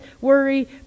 worry